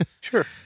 Sure